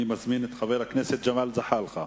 אני מזמין את חבר הכנסת ג'מאל זחאלקה.